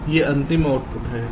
यह अंतिम आउटपुट है